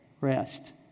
Rest